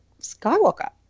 Skywalker